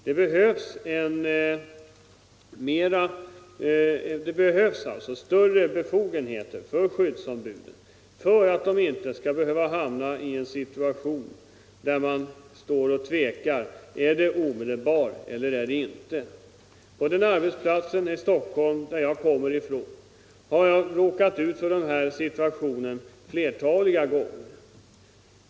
Det Årbetsmiljöfrågor, behövs större befogenheter för skyddsombuden för att de inte skall behöva hamna i en situation där de står och tvekar inför om det föreligger omedelbar fara eller inte. På den arbetsplats i Stockholm som jag kommer ifrån har jag råkat ut för den situationen flerfaldiga gånger.